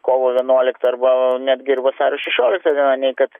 kovo vienuolikta arba netgi ir vasario šešiolikta diena nei kad